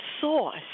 source